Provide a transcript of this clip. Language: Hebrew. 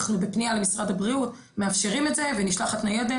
אנחנו בפנייה למשרד הבריאות מאפשרים את זה ונשלחת ניידת